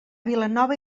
vilanova